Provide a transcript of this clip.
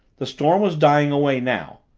the storm was dying away now,